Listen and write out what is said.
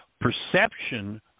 Perception